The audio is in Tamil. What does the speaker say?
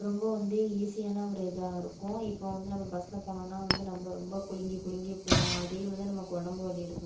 ரொம்ப வந்து ஈஸியான ஒரு இதாக இருக்கும் இப்போ வந்து நம்ம பஸில் போனோம்னா நம்ம ரொம்ப குலுங்கி குலுங்கி போகணும் அதே வந்து நமக்கு உடம்பு வலி இருக்கும்